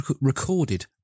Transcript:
recorded